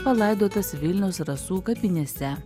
palaidotas vilniaus rasų kapinėse